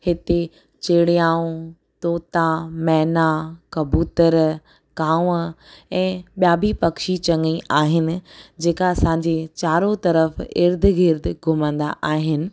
हिते चिड़ीयाऊं तोता मैना कबूतर कावं आहे ऐं ॿिया बि पक्षी चङी आहिनि जेका असांजी चारों तरफ़ु इर्दु गिर्दु घुमंदा आहिनि